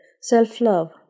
self-love